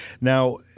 Now